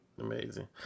amazing